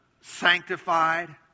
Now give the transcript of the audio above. sanctified